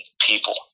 people